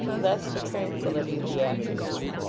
blessed the tranquillity of the afternoon.